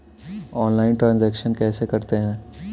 Online transaction कैसे करते हैं?